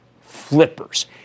flippers